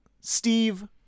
Steve